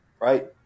right